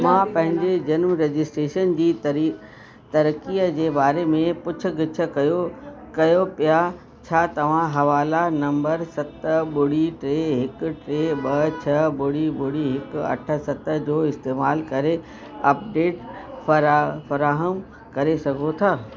मां पंहिंजे जनम रजिस्ट्रेशन जी तरी तरक़ीअ जे बारे में पुछ गुछ कयो कयो पिया छा तव्हां हवाला नम्बर सत ॿुड़ी टे हिकु टे ॿ छह ॿुड़ी ॿुड़ी हिकु अठ सत जो इस्तेमालु करे अपडेट फरा फ़राहम करे सघो था